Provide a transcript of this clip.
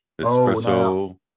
espresso